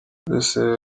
buruseli